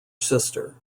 sister